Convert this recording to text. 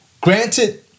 Granted